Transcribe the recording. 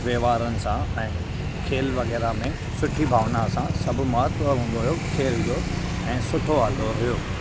वहिंवारनि सां ऐं खेल वग़ैरह में सुठी भावना असां सभु महत्वु हूंदो हुओ खेल जो ऐं सुठो हूंदो हुओ